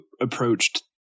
approached